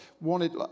wanted